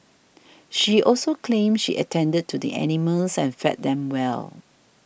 she also claimed she attended to the animals and fed them well